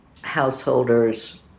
householders